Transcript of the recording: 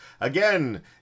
again